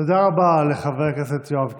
תודה רבה לחבר הכנסת יואב קיש.